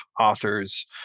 authors